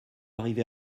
arrivé